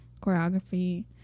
choreography